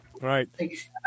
right